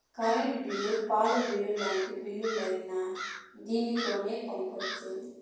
current bill పాల bill ఎలాంటి బిల్లులైనా దీనితోనే పంపొచ్చు